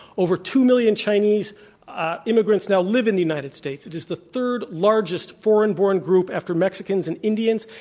over two million chinese immigrants now live in the united states. it is the third largest foreign born group after mexicans and indians.